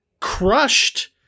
crushed